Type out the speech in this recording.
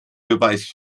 beweis